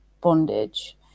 bondage